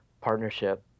partnership